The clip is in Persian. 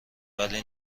ولی